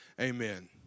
amen